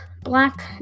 black